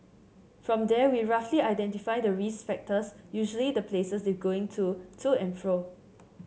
from there we'll roughly identify the risk factors usually the places they're going to to and fro